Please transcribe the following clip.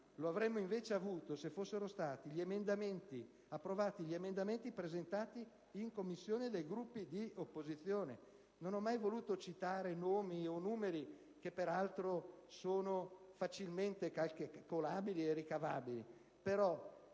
lo avremmo invece avuto se fossero stati approvati gli emendamenti presentati in Commissione dai Gruppi di opposizione. Non ho mai voluto citare nomi o numeri, che peraltro sono facilmente calcolabili e ricavabili,